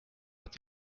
att